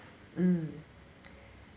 mm